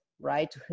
right